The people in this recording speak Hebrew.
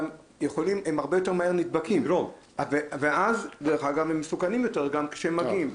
הרבה יותר מהר נדבקים ואז הם מסוכנים יותר כשהם מגיעים.